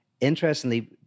Interestingly